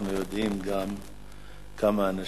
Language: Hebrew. אנחנו יודעים גם כמה אנשים,